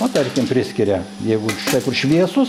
nu tarkim priskiria jeigu čia kur šviesūs